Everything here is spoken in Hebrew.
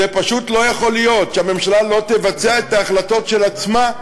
זה פשוט לא יכול להיות שהממשלה לא תבצע את ההחלטות של עצמה,